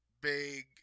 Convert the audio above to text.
big